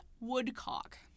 Woodcock